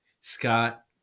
Scott